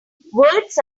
words